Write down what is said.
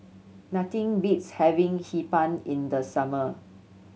nothing beats having Hee Pan in the summer